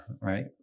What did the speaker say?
right